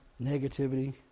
negativity